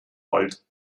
wald